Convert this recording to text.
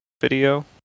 video